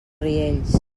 riells